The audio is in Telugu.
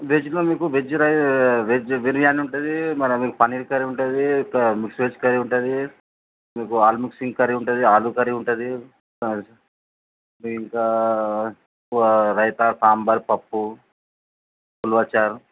వెజ్లో మీకు వెజ్ రై వెజ్ బిర్యానీ ఉంటుంది మరేమో పన్నీర్ కర్రీ ఉంటుంది తర్వాత మిక్స్ లెస్ కర్రీ ఉంటుంది మీకు ఆల్ మిక్సింగ్ కర్రీ ఉంటుంది ఆలూ కర్రీ ఉంటుంది ఇంకా రైతా సాంబార్ పప్పు ఉలవచారు